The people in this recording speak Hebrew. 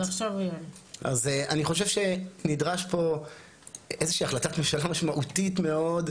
אז אני חושב שנדרש פה איזושהי החלטת ממשלה משמעותית מאוד,